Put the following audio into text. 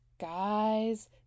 guys